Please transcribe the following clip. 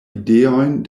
ideojn